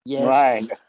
Right